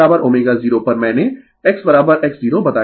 तो ωω0 पर मैंने X X0 बताया था